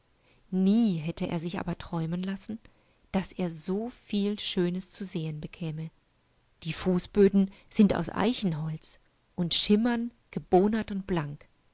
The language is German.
nie hätte er sich aber träumen lassen daß er so viel schönes zu sehen bekäme die fußböden sind aus eichenholz und schimmern gebohnert und blank